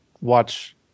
watch